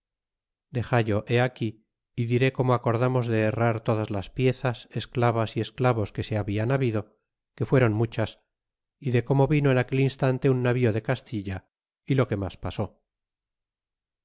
be aquí y diré como acordamos de herrar todas las piezas esclavas y esclavos que se hablan habido que fueron muchas y de como vino en aquel instante un navío de castilla y lo que mas pasó